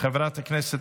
חבר הכנסת